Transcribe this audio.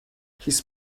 his